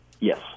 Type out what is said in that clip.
Yes